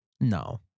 No